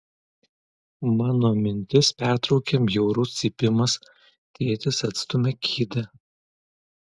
mano mintis pertraukia bjaurus cypimas tėtis atstumia kėdę